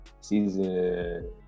season